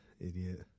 idiot